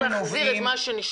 צריך להחזיר את מה שנשאב.